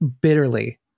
bitterly